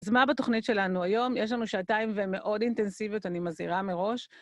אז מה בתוכנית שלנו היום? יש לנו שעתיים והם מאוד אינטנסיביות, אני מזהירה מראש.